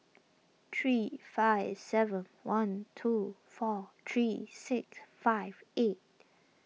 three five seven one two four three six five eight